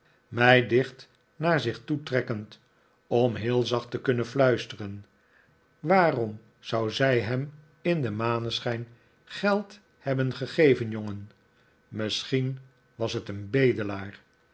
mij dicht naar zich toe trekkend om heel zacht te kunnen fluisteren waarom zou zij hem in den maneschijn geld hebben gegeven jongen misschien was het een bedelaar